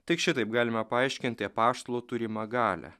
tik šitaip galime paaiškinti apaštalų turimą galią